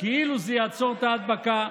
כאילו זה יעצור את ההדבקה.